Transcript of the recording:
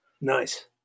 Nice